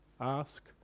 ask